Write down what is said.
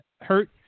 hurt